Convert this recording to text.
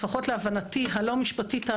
לפחות להבנתי הלא משפטית,